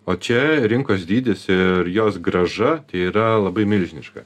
o čia rinkos dydis ir jos grąža yra labai milžiniška